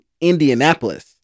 Indianapolis